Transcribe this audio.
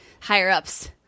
higher-ups